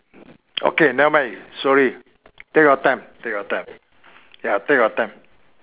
okay never mind sorry take your time take your time ya take your time